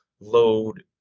load